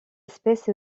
espèce